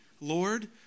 Lord